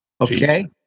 Okay